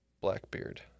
Blackbeard